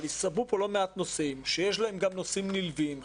הצטברו פה לא מעט נושאים שיש להם גם נושאים נלווים,